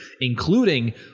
including